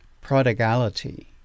prodigality